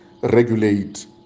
regulate